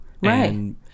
right